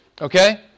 Okay